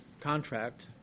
contract